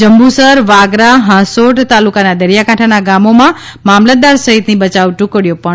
જંબુસર વાગરા હાંસોટ તાલુકાના દરિયાકાંઠાના ગામોમાં મામલતદાર સહિતની બચાવ ટુકડીઓ પહોચી ગઇ છે